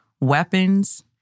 weapons